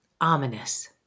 ominous